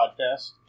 podcast